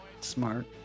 Smart